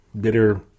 bitter